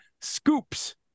scoops